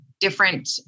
different